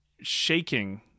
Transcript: shaking